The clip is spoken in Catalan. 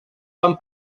van